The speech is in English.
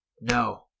no